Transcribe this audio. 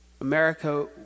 America